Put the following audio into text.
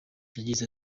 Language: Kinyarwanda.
yagize